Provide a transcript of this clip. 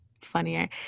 funnier